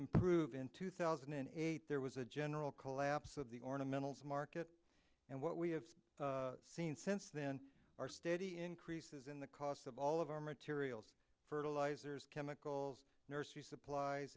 improve in two thousand and eight there was a general collapse of the ornamentals market and what we have seen since then are steady increases in the cost of all of our materials fertilizers chemicals nursery supplies